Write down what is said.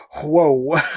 whoa